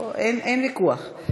אין ויכוח.